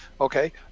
Okay